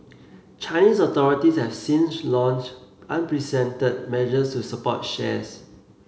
Chinese authorities have since launched measures to support shares